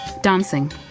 Dancing